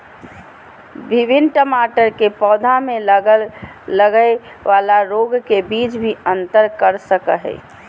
विभिन्न टमाटर के पौधा में लगय वाला रोग के बीच भी अंतर कर सकय हइ